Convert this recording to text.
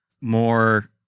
more